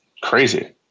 crazy